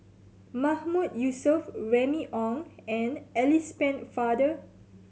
Mahmood Yusof Remy Ong and Alice Pennefather